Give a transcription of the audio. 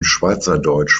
schweizerdeutsch